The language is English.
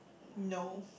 no